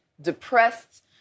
depressed